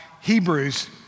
Hebrews